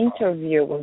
interview